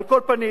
על כל פנים,